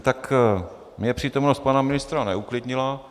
Tak mě přítomnost pana ministra neuklidnila.